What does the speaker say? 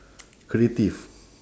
creative